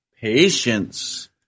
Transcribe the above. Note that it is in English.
patience